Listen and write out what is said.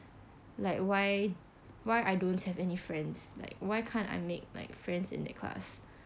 like why why I don't have any friends like why can't I make like friends in that class